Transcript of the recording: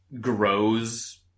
grows